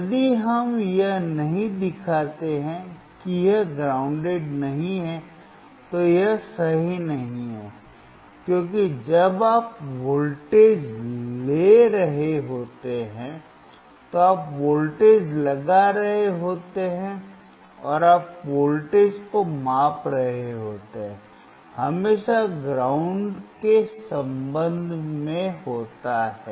यदि हम यह नहीं दिखाते हैं कि यह ग्राउंडेड नहीं है तो यह सही नहीं है क्योंकि जब आप वोल्टेज ले रहे होते हैं तो आप वोल्टेज लगा रहे होते हैं और आप वोल्टेज को माप रहे होते हैं हमेशा ग्राउंड के संबंध में होता है